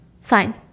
Fine